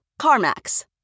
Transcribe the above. CarMax